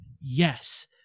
yes